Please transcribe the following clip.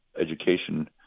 education